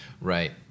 right